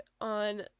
on